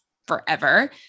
forever